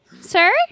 sir